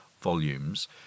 volumes